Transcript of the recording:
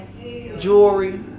jewelry